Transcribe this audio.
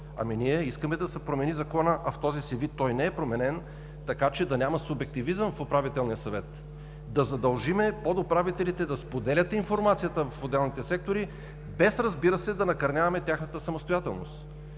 Ние искаме да се промени Законът, а в този си вид той не е променен, така че да няма субективизъм в Управителния съвет. Да задължим подуправителите да споделят информацията в отделните сектори без, разбира се, да накърняваме тяхната самостоятелност.